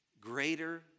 greater